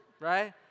right